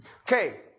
Okay